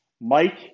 Mike